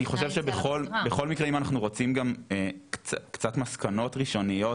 אני חושב שבכל מקרה אם אנחנו רוצים גם קצת מסקנות ראשוניות